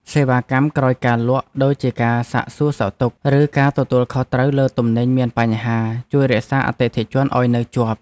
សេវាកម្មក្រោយការលក់ដូចជាការសាកសួរសុខទុក្ខ ឬការទទួលខុសត្រូវលើទំនិញមានបញ្ហា ជួយរក្សាអតិថិជនឱ្យនៅជាប់។